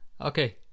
Okay